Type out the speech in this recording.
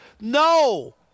No